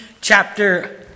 chapter